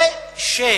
וכי